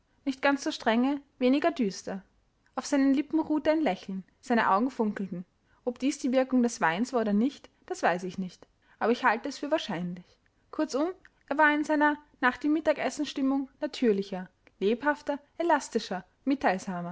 nicht ganz so strenge weniger düster auf seinen lippen ruhte ein lächeln seine augen funkelten ob dies die wirkung des weins war oder nicht das weiß ich nicht aber ich halte es für wahrscheinlich kurzum er war in seiner nach dem mittagessen stimmung natürlicher lebhafter elastischer